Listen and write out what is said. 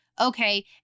Okay